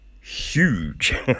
Huge